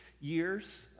years